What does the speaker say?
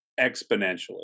exponentially